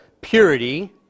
purity